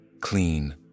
clean